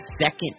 second